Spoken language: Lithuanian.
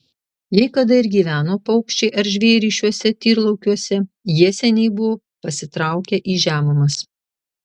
jei kada ir gyveno paukščiai ar žvėrys šiuose tyrlaukiuose jie seniai buvo pasitraukę į žemumas